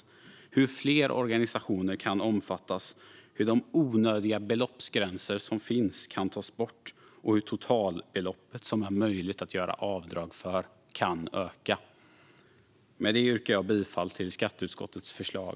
Det handlar om hur fler organisationer kan omfattas, hur de onödiga beloppsbegränsningar som finns kan tas bort och hur totalbeloppet som är möjligt att göra avdrag för kan öka. Fru talman! Med det yrkar jag bifall till skatteutskottets förslag.